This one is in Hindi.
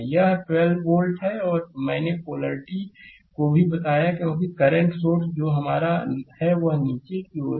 स्लाइड समय देखें 1052 यह 12 वोल्ट है और मैंने पोलैरिटी को भी बताया क्योंकि करंट सोर्स जो हमारा है वह नीचे की ओर है